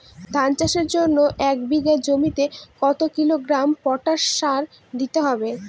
ধান চাষের জন্য এক বিঘা জমিতে কতো কিলোগ্রাম পটাশ সার দিতে হয়?